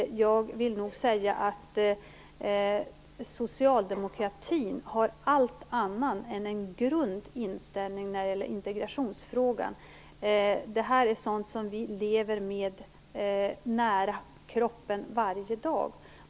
Jag vill nog säga att socialdemokratin har allt annat än en grund inställning när det gäller integrationsfrågan. Det är sådant som vi lever med nära kroppen varje dag.